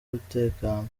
umutekano